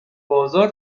بازار